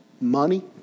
money